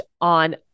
on